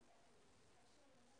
בואו נדבר עם